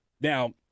Now